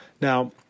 Now